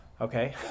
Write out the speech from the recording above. okay